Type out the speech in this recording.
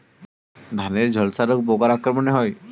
ধানের ঝলসা রোগ পোকার আক্রমণে হয়?